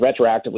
retroactively